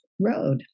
road